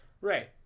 Right